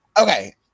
Okay